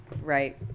Right